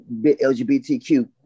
LGBTQ